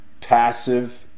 passive